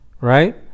right